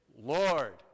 Lord